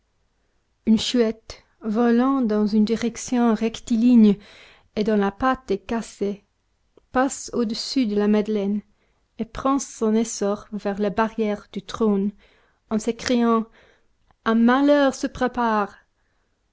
une chouette volant dans une direction rectiligne et dont la patte est cassée passe au-dessus de la madeleine et prend son essor vers la barrière du trône en s'écriant un malheur se prépare